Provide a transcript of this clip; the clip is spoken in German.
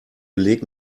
beleg